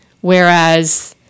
Whereas